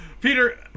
Peter